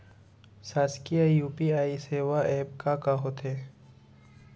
शासकीय यू.पी.आई सेवा एप का का होथे?